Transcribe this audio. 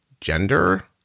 gender